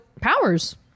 powers